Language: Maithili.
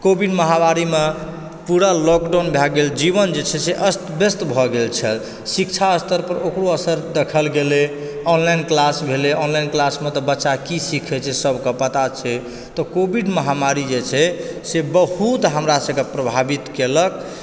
तऽ कोविड महामारी मे पूरा लॉकडाउन भए गेल जीवन जे छै से अस्त ब्यस्त भऽ गेल छल शिक्षा स्तर पर ओकरो असर दखल गेलै ऑनलाइन क्लास भेलै ऑनलाइन क्लास मे तऽ बच्चा की सिखै छै सभक पता छै तऽ कोविड महामारी जे छै से बहुत हमरा सभके प्रभावित केलक